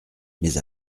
mais